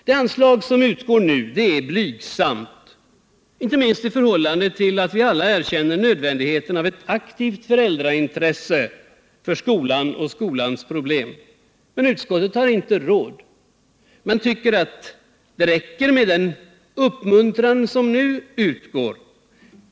Det anslag som utgår nu är blygsamt, inte minst i förhållande till det faktum att vi alla erkänner nödvändigheten av ett aktivt föräldraintresse för skolan och skolans problem. Men utskottet har inte råd. Man tycker att det räcker med den uppmuntran som nu ges.